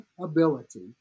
ability